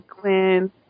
Glenn